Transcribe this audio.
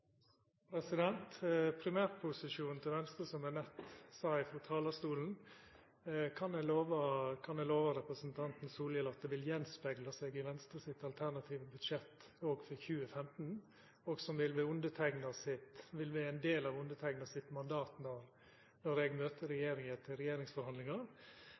primærposisjonen til Venstre, som eg nett sa frå talarstolen, kan eg lova representanten Solhjell at han vil spegla seg i Venstre sitt alternative budsjett, òg for 2015, og vil vera ein del av underteikna sitt mandat når eg møter regjeringa til